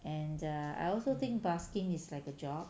and err I also think busking is like a job